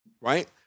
Right